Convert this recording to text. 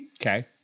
Okay